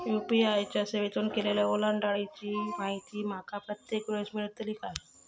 UPI च्या सेवेतून केलेल्या ओलांडाळीची माहिती माका प्रत्येक वेळेस मेलतळी काय?